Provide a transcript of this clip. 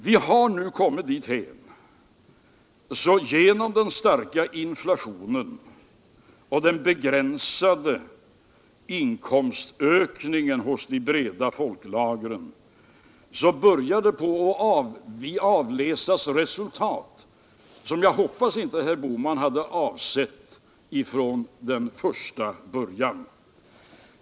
Vi har nu kommit dithän, genom den starka inflationen och den begränsade inkomstökningen hos de breda folklagren, att man börjar kunna avläsa resultat, som jag hoppas herr Bohman inte hade avsett från första början.